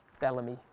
Bellamy